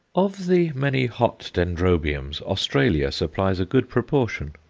of the many hot dendrobiums, australia supplies a good proportion.